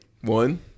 one